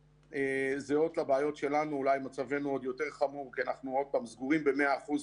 עד סוף 2021. אנחנו לא גנבים ולא רמאים,